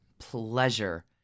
pleasure